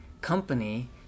company